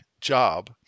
job